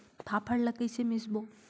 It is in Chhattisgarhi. फाफण ला कइसे मिसबो?